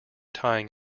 tying